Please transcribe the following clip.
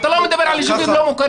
אתה לא מדבר על ישובים לא מוכרים.